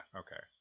okay